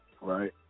right